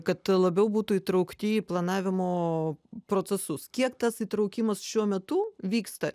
kad labiau būtų įtraukti į planavimo procesus kiek tas įtraukimas šiuo metu vyksta